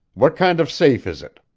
what kind of safe is it?